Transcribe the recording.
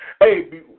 Hey